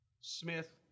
Smith